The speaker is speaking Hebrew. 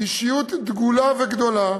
אישיות דגולה וגדולה